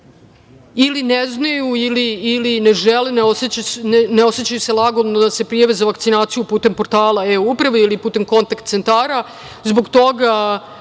ili ne znaju ili ne žele, ne osećaju se lagodno da se prijave za vakcinaciju putem portala e-uprave ili putem kontakt centara.